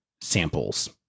samples